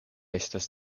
estas